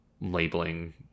labeling